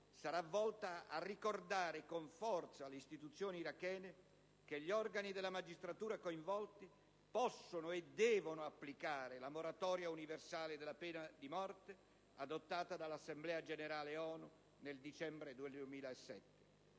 sarà volta a ricordare con forza alle istituzioni irachene che gli organi della magistratura coinvolti possono applicare la moratoria universale della pena di morte, adottata dall'Assemblea generale dell'ONU nel dicembre 2007.